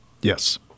Yes